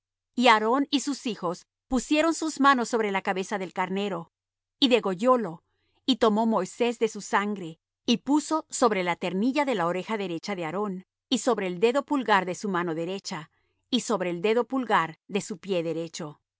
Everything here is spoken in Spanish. y aarón y sus hijos pusieron sus manos sobre la cabeza del carnero y degollólo y tomó moisés de su sangre y puso sobre la ternilla de la oreja derecha de aarón y sobre el dedo pulgar de su mano derecha y sobre el dedo pulgar de su pie derecho